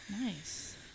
Nice